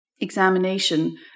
Examination